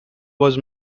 was